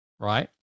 right